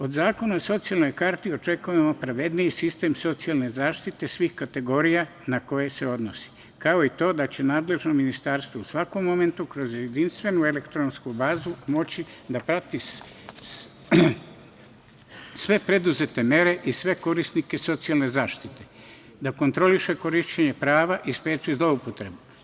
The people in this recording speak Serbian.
Od zakona o socijalnoj karti očekujemo pravedniji sistem socijalne zaštite svih kategorija na koje se odnosi, kao i to da će nadležno ministarstvo u svakom momentu kroz jedinstvenu elektronsku bazu moći da prati sve preduzete mere i sve korisnike socijalne zaštite, da kontroliše korišćenje prava i spreči zloupotrebe.